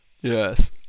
Yes